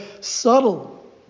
subtle